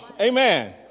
Amen